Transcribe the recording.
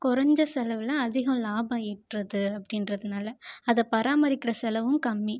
குறஞ்ச செலவில் அதிகம் லாபம் ஈட்டுறது அப்படின்றதுனால அதை பராமரிக்கிற செலவும் கம்மி